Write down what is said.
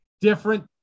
different